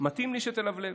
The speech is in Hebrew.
מתאים לי שתלבלב.